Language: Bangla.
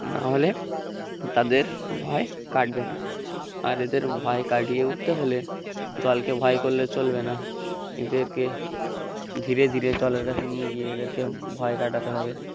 না হলে তাদের ভয় কাটবে না আর এদের ভয় কাটিয়ে উঠতে হলে জলকে ভয় করলে চলবে না এদেরকে ধীরে ধীরে জলের কাছে নিয়ে গিয়ে এদেরকে ভয় কাটাতে হবে